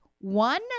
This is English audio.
one